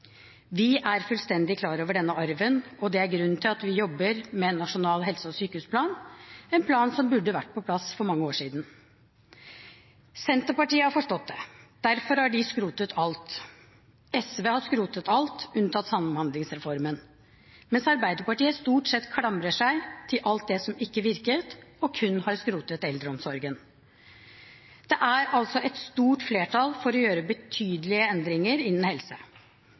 Vi er fullstendig klar over denne arven, og det er grunnen til at vi jobber med en nasjonal helse- og sykehusplan, en plan som burde vært på plass for mange år siden. Senterpartiet har forstått det – derfor har de skrotet alt. SV har skrotet alt – unntatt Samhandlingsreformen – mens Arbeiderpartiet stort sett klamrer seg til alt det som ikke virket, og har kun skrotet eldreomsorgen. Det er altså et stort flertall for å gjøre betydelige endringer innen helse,